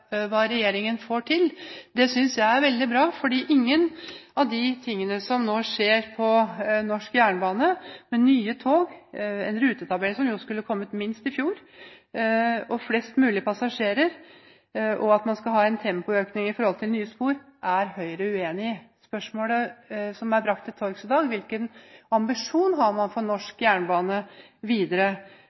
hva regjeringen får til. Det synes jeg er veldig bra, for ikke noe av det som nå skjer innen norsk jernbane – med nye tog, en rutetabell, som jo skulle ha kommet minst i fjor, flest mulig passasjerer, og at man skal ha en tempoøkning når det gjelder nye spor – er Høyre uenig i. Spørsmålet som er brakt til torgs, er: Hvilken ambisjon har man for norsk jernbane videre?